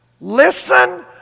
Listen